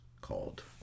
called